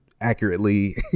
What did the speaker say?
accurately